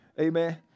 Amen